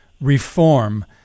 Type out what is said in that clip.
reform